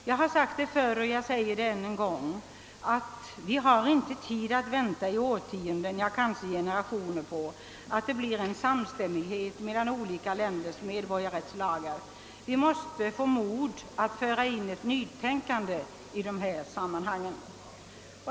Jag har sagt det förut, och jag säger det än en gång, att vi inte har tid att vänta i årtionden, kanske generationer, på att olika länders medborgarrättslagar blir samstämmiga. Vi måste få mod att föra in ett nytänkande i dessa sammanhang.